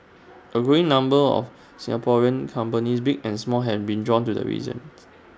A growing number of Singaporean companies big and small have been drawn to the reasons